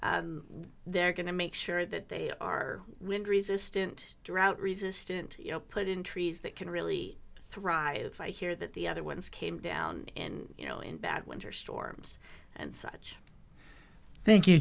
but they're going to make sure that they are wind resistant drought resistant you know put in trees that can really thrive i hear that the other ones came down in you know in bad winter storms and such thank you